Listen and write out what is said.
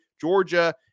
Georgia –